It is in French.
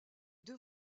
deux